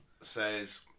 says